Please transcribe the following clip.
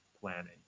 planning